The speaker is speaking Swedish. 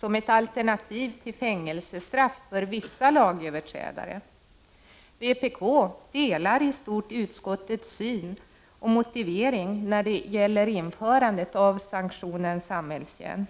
som ett alternativ till fängelsestraff för vissa lagöverträdare. Vpk delar i stort utskottets syn och motivering när det gäller införandet av sanktionen samhällstjänst.